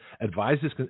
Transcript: advises